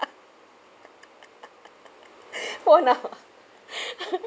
for now